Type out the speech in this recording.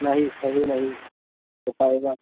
नहीं सही नहीं हो पाएगा